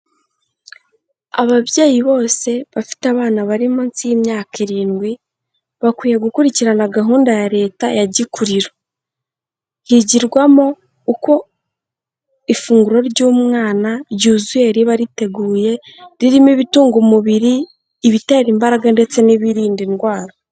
Ababyeyi bose bafite abana bari munsi y'imyaka irindwi, bakwiye gukurikirana gahunda ya leta ya gikuriro, yigirwamo uko ifunguro ry'umwana ryuzuye riba riteguye, ririmo ibitunga umubiri, ibitera imbaraga ndetse n'ibirinda indwara.